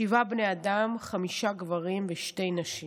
שבעה בני אדם, חמישה גברים ושתי נשים.